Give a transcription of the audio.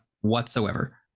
whatsoever